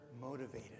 motivated